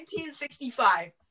1965